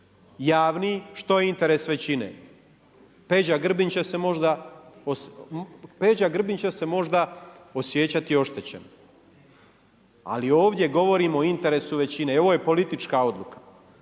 javni, što je interes većine. Peđa Grbin će se možda osjećati oštećen, ali ovdje govorim o interesu većine i ovo je politička odluka.